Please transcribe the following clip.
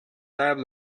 type